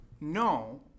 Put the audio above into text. no